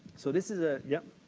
so this is a. yeah?